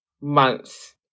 month